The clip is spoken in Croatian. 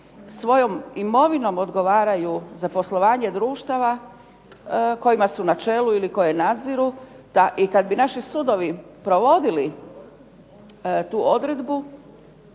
svojom imovinom odgovaraju za poslovanje društava kojima su na čelu ili koje nadziru, da i kada bi naši sudovi provodili tu odredbu,